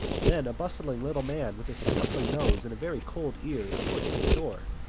then a bustling little man with a snuffling nose and very cold ears pushed in the door.